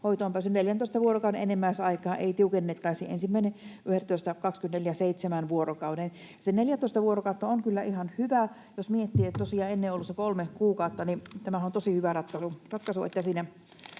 hoitoonpääsyn 14 vuorokauden enimmäisaikaa ei tiukennettaisi 1.11.2024 seitsemään vuorokauteen. Se 14 vuorokautta on kyllä ihan hyvä. Jos miettii, että tosiaan ennen on ollut se kolme kuukautta, niin tämähän on tosi hyvä ratkaisu, että